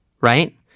Right